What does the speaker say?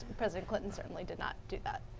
president clinton certainly did not do that.